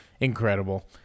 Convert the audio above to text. incredible